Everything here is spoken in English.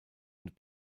and